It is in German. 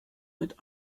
mit